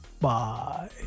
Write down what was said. bye